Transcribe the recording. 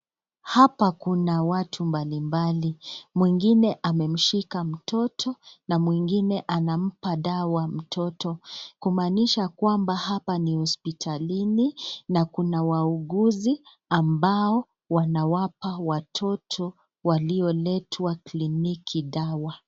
Hapa kuna watu mbali mbali, mwingine amemshika mtoto na mwingine anampa dawa mtoto, kumanisha kwamba hapa ni hospitalini na kuna wauguzi ambao wanawapa watoto waliolitwa kliniki dawa.